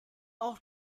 auch